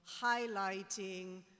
highlighting